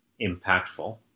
impactful